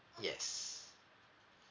yes